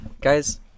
Guys